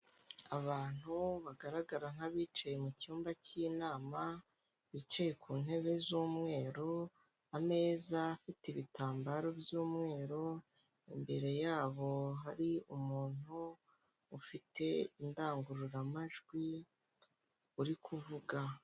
Abantu bagaragara nk'abicaye mu cyumba k'inama bicaye ku ntebe z'umweru, ameza afite ibitambaro by'umweru, imbere yabo hari umuntu ufite indangururamajwi uri kuvuga.